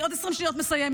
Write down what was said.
אני עוד 20 שניות מסיימת.